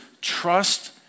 trust